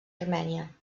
armènia